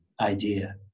idea